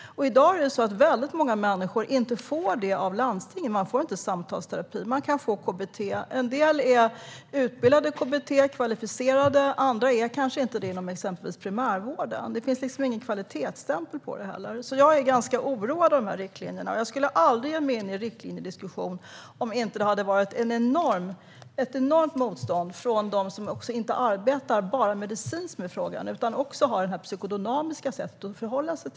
I dag är det väldigt många människor som inte får det av landstingen. Man får inte samtalsterapi, utan man kan få KBT. Det finns utbildade och kvalificerade KBT-terapeuter medan andra inte är det, till exempel KBT-terapeuter inom primärvården. Det finns ingen kvalitetsstämpel på KBT. Jag är ganska oroad över de här riktlinjerna. Jag skulle aldrig ge mig in i en riktlinjediskussion om det inte hade varit ett enormt motstånd även från dem som inte bara arbetar medicinskt med frågan utan också har det psykodynamiska sättet att förhålla sig.